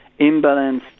imbalanced